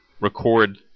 record